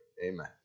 Amen